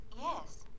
Yes